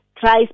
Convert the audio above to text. Tries